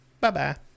bye-bye